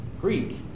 Greek